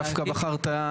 מטוטלת דווקא בחרת?